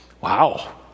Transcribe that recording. wow